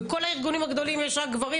בכל הארגונים הגדולים יש רק גברים,